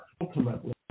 ultimately